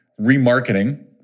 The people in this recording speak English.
remarketing